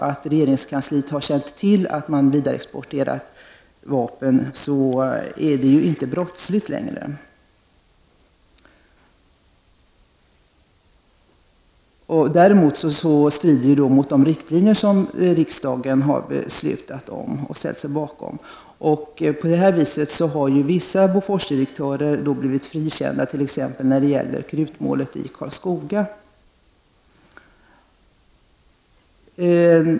Om regeringskansliet har känt till att man har vidareexporterat vapen, är det inte längre brottsligt. Däremot strider det mot de riktlinjer som riksdagen beslutat om och ställt sig bakom. På dessa grunder har vissa Boforsdirektörer blivit frikända, t.ex. när det gäller krutmålet i Karlskoga.